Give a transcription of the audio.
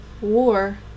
war